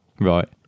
Right